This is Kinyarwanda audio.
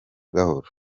gahoro